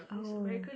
oh